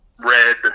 red